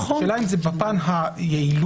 השאלה אם זה בפן היעילות.